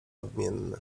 odmienny